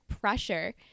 pressure